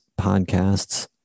podcasts